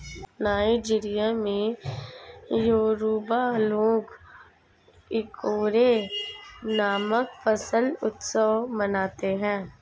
Nigeria में Yoruba लोग Ikore नामक फसल उत्सव मनाते हैं